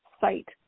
site